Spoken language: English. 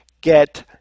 get